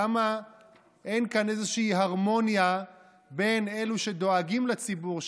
למה אין כאן איזושהי הרמוניה בין אלה שדואגים לציבור,